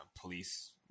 police